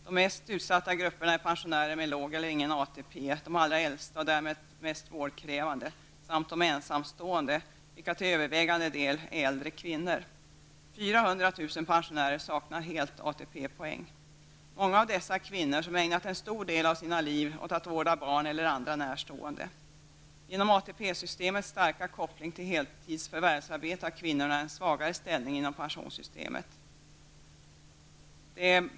De mest utsatta grupperna är pensionärer med låg eller ingen ATP, de allra äldsta, och därmed mest vårdkrävande, samt de ensamstående, vilka till övervägande del är äldre kvinnor. 400 000 pensionärer saknar helt ATP-poäng. Många av dessa är kvinnor, som ägnat en stor del av sina liv åt att vårda barn eller andra närstående. Genom ATP-systemets starka koppling till heltidsförvärvsarbete har kvinnorna en svag ställning inom pensionssystemet.